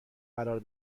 قرار